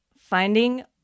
finding